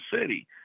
City